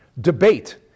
debate